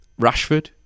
Rashford